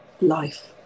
life